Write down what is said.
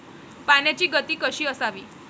पाण्याची गती कशी असावी?